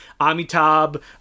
amitabh